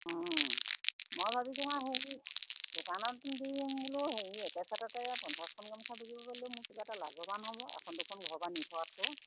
অঁ মই ভাবিছোঁ আৰু হেৰি দোকানত দিম বোলো হেৰি একে চাটতে পঞ্চাছখন গামোচা বিকিব গ'লে মোক কিবা এটা লাভৱান হ'ব এখন দুখন ঘৰৰপৰা নি থকাতকৈ